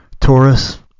Taurus